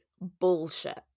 bullshit